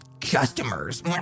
customers